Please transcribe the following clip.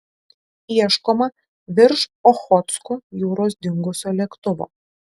ieškoma virš ochotsko jūros dingusio lėktuvo